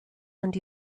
and